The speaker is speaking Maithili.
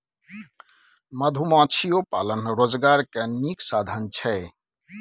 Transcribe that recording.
मधुमाछियो पालन रोजगार के नीक साधन छइ